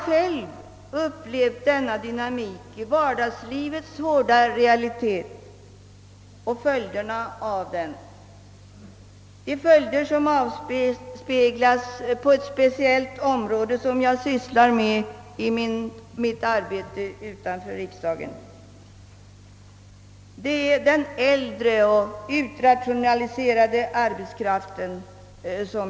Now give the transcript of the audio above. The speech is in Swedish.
Själv har jag i vardagslivets hårda realitet kommit att uppleva följderna av denna dynamik, sådana dessa följder visar sig på det speciella område, inom vilket jag arbetar utanför riksdagen. Jag åsyftar den äldre och utrationaliserade arbetskraftens situation.